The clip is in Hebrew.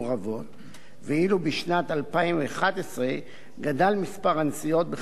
ואילו בשנת 2011 גדל מספר הנסיעות ב-53%,